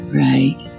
right